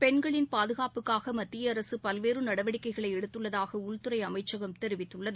பெண்களின் பாதுகாப்புக்காக மத்திய அரசு பல்வேறு நடவடிக்கைகளை எடுத்துள்ளதாக உள்துறை அமைச்சகம் தெரிவித்துள்ளது